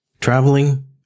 Traveling